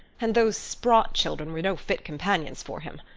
and those sprott children were no fit companions for him.